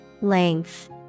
Length